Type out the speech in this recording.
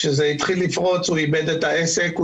כשזה התחיל לפרוץ הוא איבד את העסק,